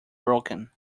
broken